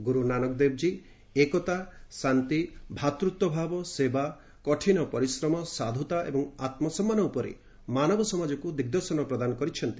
ଗୁରୁ ନାନକ ଏକତା ଶାନ୍ତି ଭାତୃତ୍ୱଭାବ ସେବା କଠିନ ପରିଶ୍ରମ ସାଧୁତା ଏବଂ ଆତ୍ମ ସମ୍ମାନ ଉପରେ ମାନବ ସମାଜକୁ ଦିଗ୍ଦର୍ଶନ ପ୍ରଦାନ କରିଛନ୍ତି